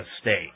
State